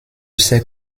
ces